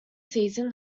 season